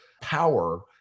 power